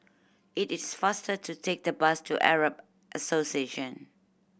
it is faster to take the bus to Arab Association